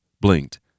blinked